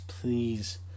please